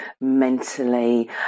mentally